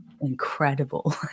incredible